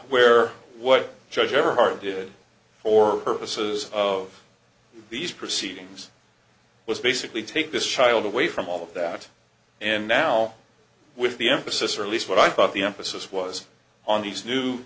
where what judge everhart did or purposes of these proceedings was basically take this child away from all of that and now with the emphasis or at least what i thought the emphasis was on these new